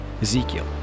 Ezekiel